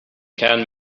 can